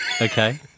Okay